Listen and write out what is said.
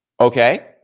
Okay